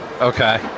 Okay